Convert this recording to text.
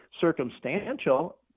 circumstantial